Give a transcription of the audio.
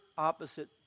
Opposite